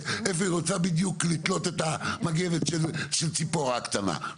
איפה היא רוצה לתלות בדיוק את המגבת של ציפורה הקטנה.